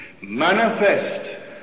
manifest